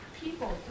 people